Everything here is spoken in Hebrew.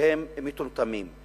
שהם מטומטמים.